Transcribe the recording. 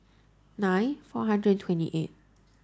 nine four hundred and twenty eight